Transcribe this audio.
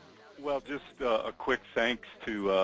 well just a quick thanks to